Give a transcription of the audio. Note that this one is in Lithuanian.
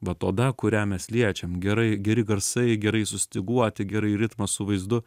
vat oda kurią mes liečiam gerai geri garsai gerai sustyguoti gerai ritmą su vaizdu